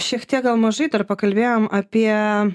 šiek tiek gal mažai dar pakalbėjom apie